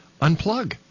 unplug